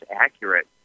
accurate